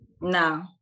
No